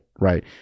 right